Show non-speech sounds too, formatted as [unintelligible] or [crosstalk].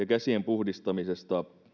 [unintelligible] käsien puhdistamista